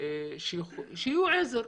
שיהיו לעזר